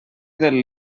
del